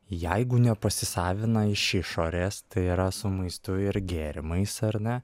jeigu nepasisavina iš išorės tai yra su maistu ir gėrimais ar ne